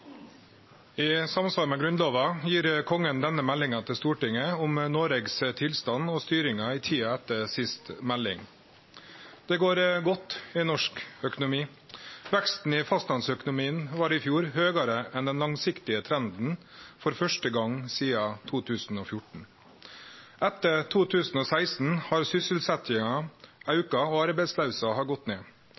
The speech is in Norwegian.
I samsvar med Grunnlova gir Kongen denne meldinga til Stortinget om Noregs tilstand og styring i tida etter siste melding. Det går godt i norsk økonomi. Veksten i fastlandsøkonomien var i fjor høgare enn den langsiktige trenden, for første gong sidan 2014. Etter 2016 har sysselsetjinga auka og arbeidsløysa gått ned.